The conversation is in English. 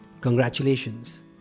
Congratulations